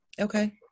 Okay